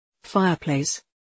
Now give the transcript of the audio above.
Fireplace